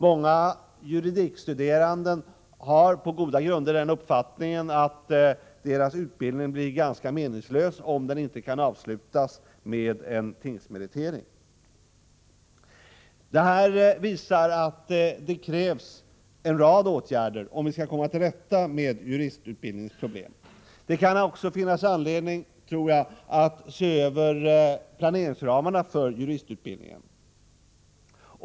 Många juridikstuderande har på goda grunder den uppfattningen att deras utbildning blir ganska meningslös om den inte kan avslutas med en tingsmeritering. Detta visar att det krävs en rad åtgärder om vi skall komma till rätta med juristutbildningens problem. Det kan också finnas anledning, tror jag, att se över planeringsramarna för juristutbildningen.